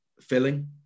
filling